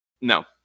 No